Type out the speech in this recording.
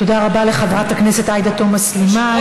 תודה רבה לחברת הכנסת עאידה תומא סלימאן.